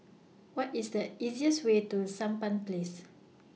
What IS The easiest Way to Sampan Place